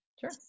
Sure